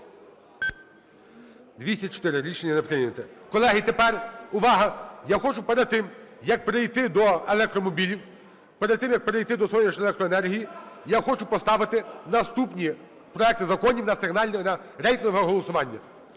За-204 Рішення не прийнято. Колеги, тепер увага! Я хочу перед тим, як перейти до електромобілів, перед тим, як перейти до сонячної електроенергії, я хочу поставити наступні проекти законів на сигнальне рейтингове голосування.